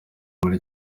kuri